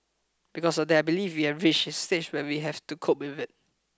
because of that I believe we have reached a stage where we have to cope with it